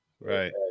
Right